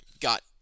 got